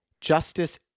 justice